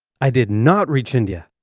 i did not reach india.